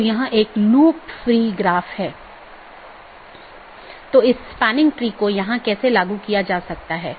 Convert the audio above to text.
एक AS traffic की निश्चित श्रेणी के लिए एक विशेष AS पाथ का उपयोग करने के लिए ट्रैफिक को अनुकूलित कर सकता है